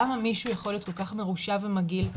למה מישהו יכול להיות כל-כך מרושע ומגעיל,